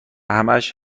همهاش